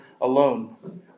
alone